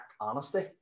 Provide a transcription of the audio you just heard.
honesty